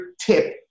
tip